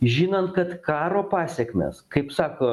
žinant kad karo pasekmes kaip sako